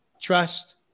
trust